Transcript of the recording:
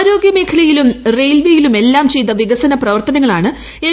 ആരോഗൃമേഖലയിലും റെയിൽവേയിലുമെല്ലാം ചെയ്ത വികസന പ്രവർത്തനങ്ങളാണ് എം